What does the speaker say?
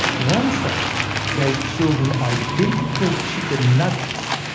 one study gave children identical chicken nuggets,